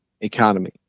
economy